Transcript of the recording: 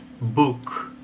book